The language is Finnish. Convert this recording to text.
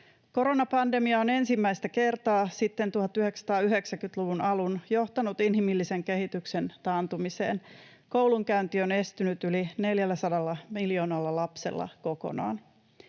Koronapandemia on ensimmäistä kertaa sitten 1990-luvun alun johtanut inhimillisen kehityksen taantumiseen. Koulunkäynti on estynyt yli 400 miljoonalla lapsella kokonaan.